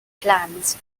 glands